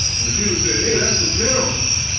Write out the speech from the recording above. and the people said, hey, that's a general.